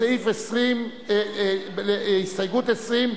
הסתייגות 19,